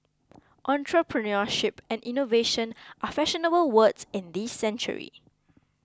entrepreneurship and innovation are fashionable words in this century